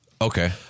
Okay